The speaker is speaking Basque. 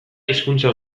hizkuntza